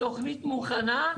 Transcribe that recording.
התוכנית מוכנה,